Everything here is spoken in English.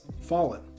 fallen